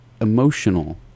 Emotional